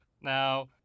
Now